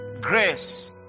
grace